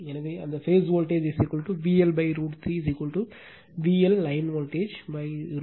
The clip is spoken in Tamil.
எனவே அந்த phase voltage VL √ 3 VL line voltage √ 3